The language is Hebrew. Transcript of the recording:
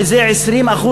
שזה 20%,